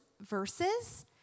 verses